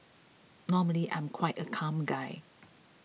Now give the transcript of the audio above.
normally I'm quite a calm guy